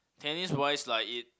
tennis wise like it